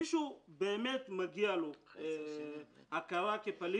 ומי שבאמת מגיע לו הכרה פליט,